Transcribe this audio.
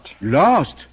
Lost